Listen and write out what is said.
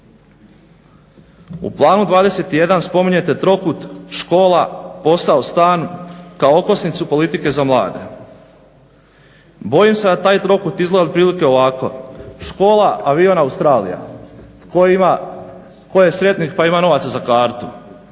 U planu 21 spominjete trokut škola-posao-stan kao okosnicu politike za mlade. Bojim se da taj trokut izgleda otprilike ovako škola-avion-Australija. Tko je sretnik pa ima novaca za kartu,